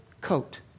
coat